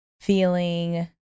feeling